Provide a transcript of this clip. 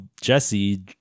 Jesse